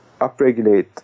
upregulate